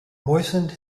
moistened